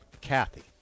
Kathy